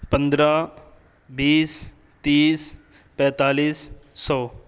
پندرہ بیس تیس پینتالیس سو